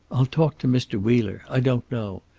i'll talk to mr. wheeler. i don't know.